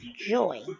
joy